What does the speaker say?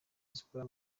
zikora